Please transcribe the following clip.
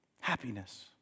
happiness